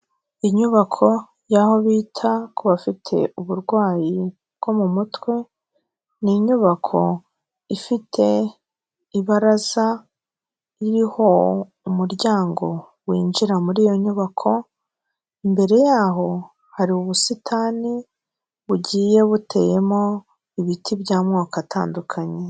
Inyubako yaho bita ku bafite uburwayi bwo mu mutwe, ni inyubako ifite ibaraza ririho umuryango winjira muri iyo nyubako, imbere yaho hari ubusitani bugiye buteyemo ibiti by'amoko atandukanye.